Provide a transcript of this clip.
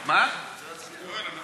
לא, אני רוצה להצביע בעד החוק.